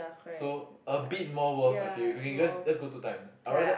so a bit more worth I feel if you can just just go two times I rather